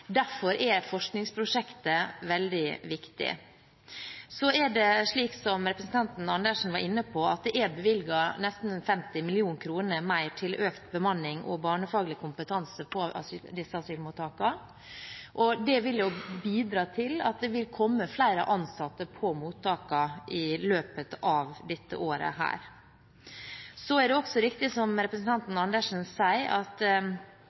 Derfor er forskningsprosjektet veldig viktig. Det er, som representanten Karin Andersen var inne på, bevilget nesten 50 mill. kr mer til økt bemanning og barnefaglig kompetanse på disse asylmottakene, og det vil bidra til at det vil komme flere ansatte på mottakene i løpet av dette året. Det er også riktig, som representanten Karin Andersen sa, at